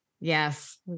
Yes